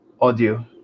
audio